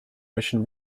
ocean